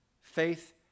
faith